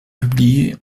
publiés